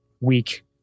Weak